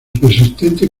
persistente